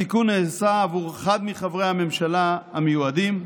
התיקון נעשה עבור אחד מחברי הממשלה המיועדים.